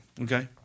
Okay